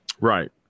Right